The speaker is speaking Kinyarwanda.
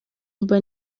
mba